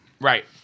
Right